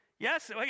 Yes